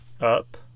Up